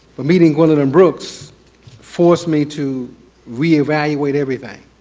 for meeting gwendolyn brooks forced me to re-evaluate everything.